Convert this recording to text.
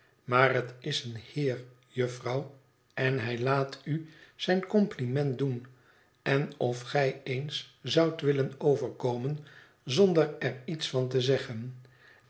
maar het is een heer jufvrouw en hij laat u zijn compliment doen en of gij eens zoudt willen overkomen zonder er iets van te zeggen